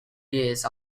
years